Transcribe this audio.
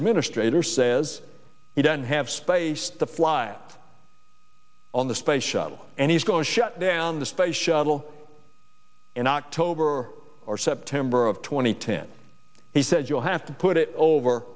administrator says he doesn't have space to fly on the space shuttle and he's going to shut down the space shuttle in october or september of two thousand and ten he said you'll have to put it over